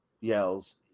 yells